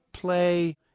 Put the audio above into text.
play